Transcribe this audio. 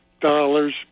dollars